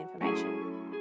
information